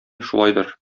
шулайдыр